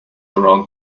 around